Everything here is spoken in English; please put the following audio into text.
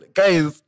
guys